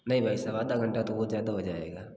नही भाई साहब आधा घंटा तो बहुत ज्यादा हो जायेगा